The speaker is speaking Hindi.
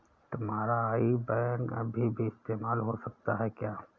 तुम्हारा आई बैन अभी भी इस्तेमाल हो सकता है क्या?